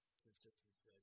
consistency